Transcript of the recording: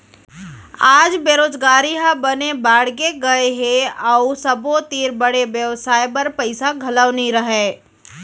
आज बेरोजगारी ह बने बाड़गे गए हे अउ सबो तीर बड़े बेवसाय बर पइसा घलौ नइ रहय